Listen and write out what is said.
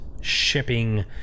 shipping